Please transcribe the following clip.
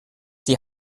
die